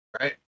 right